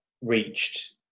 Reached